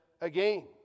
again